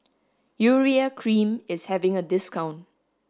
urea cream is having a discount